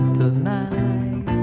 tonight